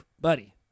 Buddy